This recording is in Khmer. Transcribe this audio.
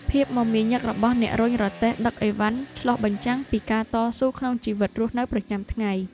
ភាពមមាញឹករបស់អ្នករុញរទេះដឹកឥវ៉ាន់ឆ្លុះបញ្ចាំងពីការតស៊ូក្នុងជីវិតរស់នៅប្រចាំថ្ងៃ។